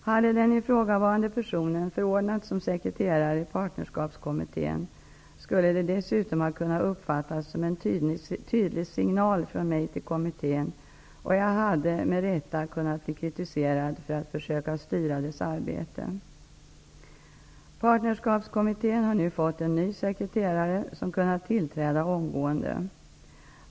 Hade den ifrågavarande personen förordnats som sekreterare i partnerskapskommittén skulle det dessutom ha kunnat uppfattas som en tydlig signal från mig till kommittén, och jag hade -- med rätta -- kunnat bli kritiserad för att försöka styra dess arbete. Partnerskapskommittén har nu fått en ny sekreterare som kunnat tillträda omgående.